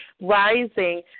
rising